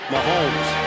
Mahomes